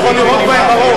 מי נמנע?